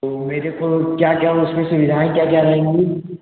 मेरे को क्या क्या उस में सुविधा क्या क्या रहेंगी